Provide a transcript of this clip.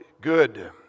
good